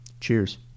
Cheers